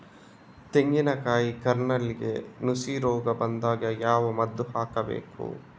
ತೆಂಗಿನ ಕಾಯಿ ಕಾರ್ನೆಲ್ಗೆ ನುಸಿ ರೋಗ ಬಂದಾಗ ಯಾವ ಮದ್ದು ಹಾಕಬೇಕು?